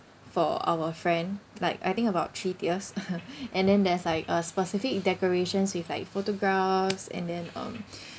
for our friend like I think about three tiers and then there's like a specific decorations with like photographs and then um